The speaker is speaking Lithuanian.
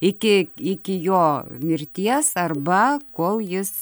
iki iki jo mirties arba kol jis